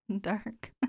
dark